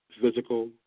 physical